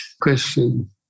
question